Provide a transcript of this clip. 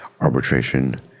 arbitration